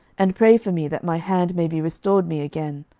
and pray for me, that my hand may be restored me again.